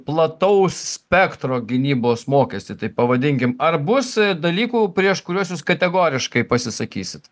plataus spektro gynybos mokestį taip pavadinkim ar bus dalykų prieš kuriuos jūs kategoriškai pasisakysit